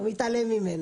הוא מתעלם ממנה.